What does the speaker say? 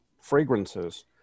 fragrances